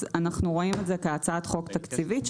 אז אנחנו רואים את זה כהצעת חוק תקציבית,